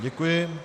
Děkuji.